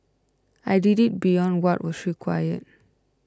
I did it beyond what was required